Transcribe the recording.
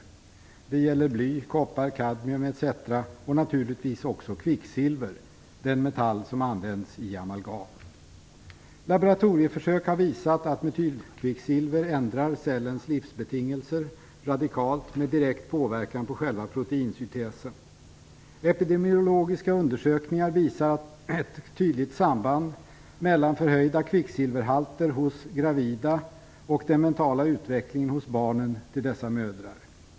Det gäller bly, koppar, kadmium etc. och naturligtvis också kvicksilver - den metall som används i amalgam. Laboratorieförsök visar att metylkvicksilver radikalt ändrar cellens livsbetingelser med direkt påverkan på själva proteinsyntesen. Epidemiologiska undersökningar visar ett tydligt samband mellan förhöjda kvicksilverhalter hos gravida och den mentala utvecklingen hos barnen till dessa mödrar.